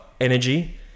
energy